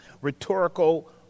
rhetorical